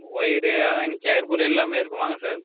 wire அதான் நீங்கள் கேட்குற பொருள் எல்லாமே இருக்கும் வாங்க சார்